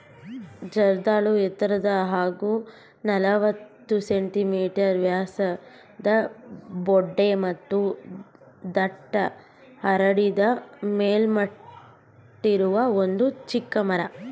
ಜರ್ದಾಳು ಎತ್ತರದ ಹಾಗೂ ನಲವತ್ತು ಸೆ.ಮೀ ವ್ಯಾಸದ ಬೊಡ್ಡೆ ಮತ್ತು ದಟ್ಟ ಹರಡಿದ ಮೇಲ್ಕಟ್ಟಿರುವ ಒಂದು ಚಿಕ್ಕ ಮರ